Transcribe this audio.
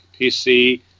PC